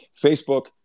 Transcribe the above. Facebook